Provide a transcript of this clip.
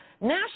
National